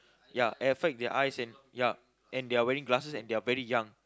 ya affect their eyes and ya they are wearing glasses and they are very young